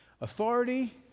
Authority